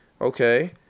Okay